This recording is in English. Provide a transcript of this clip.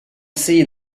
see